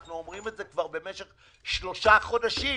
אנחנו אומרים את זה כבר במשך שלושה חודשים.